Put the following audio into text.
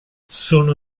sono